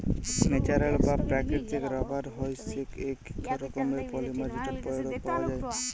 natural বা প্রাকৃতিক rubber হইসেক এক রকমের পলিমার যেটা পেড় পাওয়াক যায়